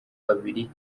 babiri